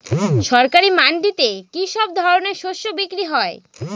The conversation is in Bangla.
সরকারি মান্ডিতে কি সব ধরনের শস্য বিক্রি হয়?